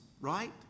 Right